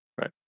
Right